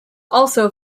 also